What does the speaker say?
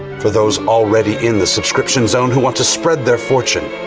for those already in the subscription zone who want to spread their fortune,